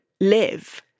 live